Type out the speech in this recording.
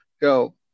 go